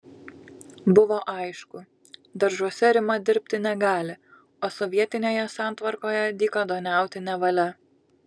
buvo aišku daržuose rima dirbti negali o sovietinėje santvarkoje dykaduoniauti nevalia